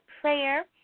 prayer